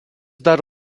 dar